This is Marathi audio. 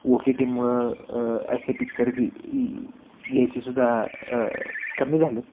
ओ टी टीमुळं असे पिच्चर की याचीसुद्धा कमी झाले आहेत